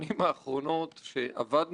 אפילו מסביב לשולחן הזה,